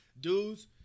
Dude's